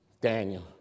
Daniel